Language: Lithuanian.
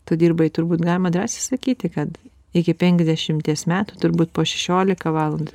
tu dirbai turbūt galima drąsiai sakyti kad iki penkiasdešimties metų turbūt po šešiolika valandų